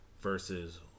versus